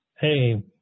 hey